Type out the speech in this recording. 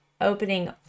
opening